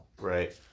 right